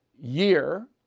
year